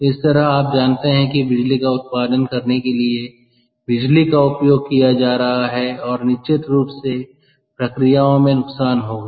तो इस तरह आप जानते हैं कि बिजली का उत्पादन करने के लिए बिजली का उपयोग किया जा रहा है और निश्चित रूप से प्रक्रियाओं में नुकसान होगा